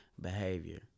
behavior